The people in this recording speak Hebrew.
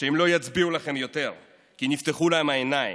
כשהם לא יצביעו לכם יותר, כי נפתחו להם העיניים.